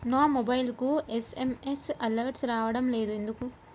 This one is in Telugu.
నా మొబైల్కు ఎస్.ఎం.ఎస్ అలర్ట్స్ రావడం లేదు ఎందుకు?